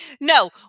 No